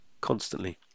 constantly